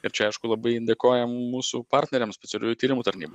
ir čia aišku labai dėkojam mūsų partneriams specialiųjų tyrimų tarnybai